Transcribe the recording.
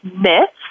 myths